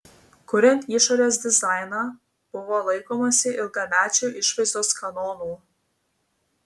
kuriant išorės dizainą buvo laikomasi ilgamečių išvaizdos kanonų